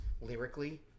lyrically